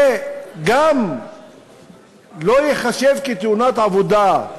וגם לא ייחשב לתאונת עבודה,